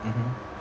mmhmm